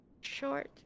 Short